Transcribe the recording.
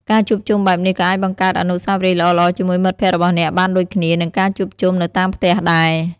ការជួបជុំបែបនេះក៏អាចបង្កើតអនុស្សាវរីយ៍ល្អៗជាមួយមិត្តភក្តិរបស់អ្នកបានដូចគ្នានឹងការជួបជុំនៅតាមផ្ទះដែរ។